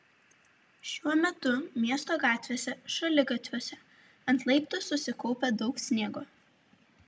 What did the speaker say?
šiuo metu miesto gatvėse šaligatviuose ant laiptų susikaupę daug sniego